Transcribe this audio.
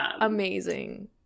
amazing